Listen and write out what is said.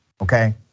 okay